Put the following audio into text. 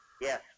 Yes